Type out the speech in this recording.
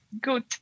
good